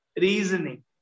reasoning